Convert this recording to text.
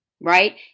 right